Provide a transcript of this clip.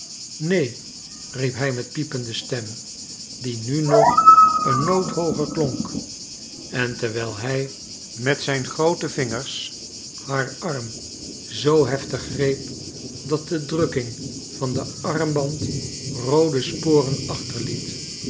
neen riep hij met piepende stem die nu nog een noot hooger klonk en terwijl hij met zijn groote vingers haar arm zoo heftig greep dat de drukking van den armband roode sporen achter